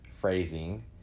phrasing